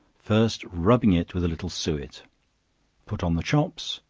first rubbing it with a little suet put on the chops,